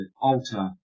alter